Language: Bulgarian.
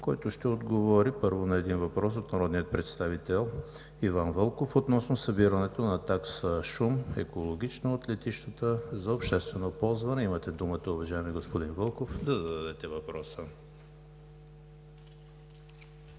който ще отговори на един въпрос от народния представител Иван Вълков, относно събирането на такса шум – екологична, от летищата за обществено ползване. Имате думата, уважаеми господин Вълков, да зададете въпроса.